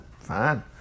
fine